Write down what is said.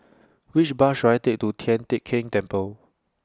Which Bus should I Take to Tian Teck Keng Temple